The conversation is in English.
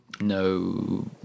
no